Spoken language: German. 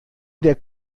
der